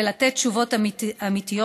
ולתת תשובות אמיתיות,